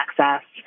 access